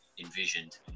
envisioned